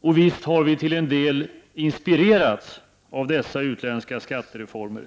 Och visst har vi till en del inspirerats av dessa utländska skattereformer.